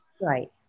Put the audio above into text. Right